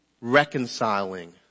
reconciling